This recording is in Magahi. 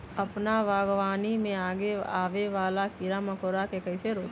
अपना बागवानी में आबे वाला किरा मकोरा के कईसे रोकी?